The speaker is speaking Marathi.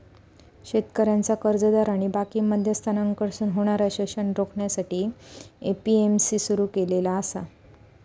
शेतकऱ्यांचा कर्जदार आणि बाकी मध्यस्थांकडसून होणारा शोषण रोखण्यासाठी ए.पी.एम.सी सुरू केलेला आसा